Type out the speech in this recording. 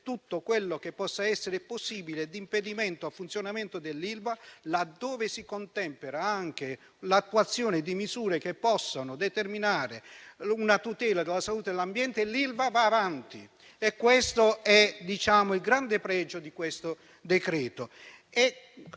tutto quello che possa essere di impedimento al funzionamento dell'Ilva, laddove si contempera l'attuazione di misure che possano determinare una tutela della salute e dell'ambiente, l'Ilva va avanti. Questo è il grande pregio di questo